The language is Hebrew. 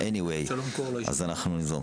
נצטרך לתת את הדעת על מה עושים עם